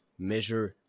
measure